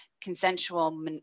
consensual